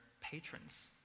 patrons